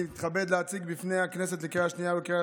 אני מתכבד להציג בפני הכנסת לקריאה שנייה ולקריאה